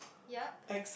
yeap